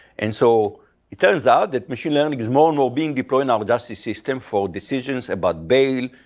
and so it turns out that machine learning is more and more being deployed in our justice system for decisions about bail,